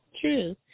true